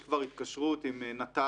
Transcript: יש כבר התקשרות עם נט"ל,